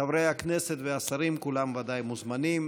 חברי הכנסת והשרים כולם ודאי מוזמנים,